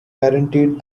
guaranteed